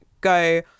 go